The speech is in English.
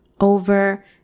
over